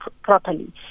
properly